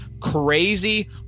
crazy